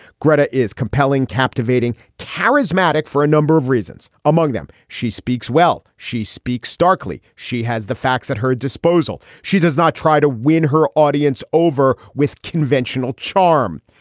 gretta is compelling, captivating, charismatic for a number of reasons. among them, she speaks well. she speaks starkly. she has the facts at her disposal. she does not try to win her audience over with conventional charm.